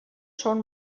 són